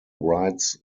writes